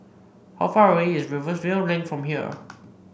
how far away is Rivervale Link from here